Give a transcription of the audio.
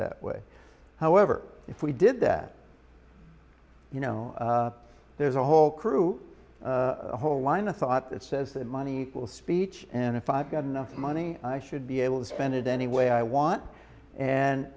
that way however if we did that you know there's a whole crew whole line of thought that says that money will speech and if i've got enough money i should be able to spend it any way i want and